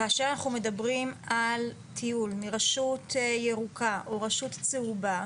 כאשר אנחנו מדברים על טיול מרשות ירוקה או רשות צהובה,